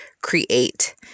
create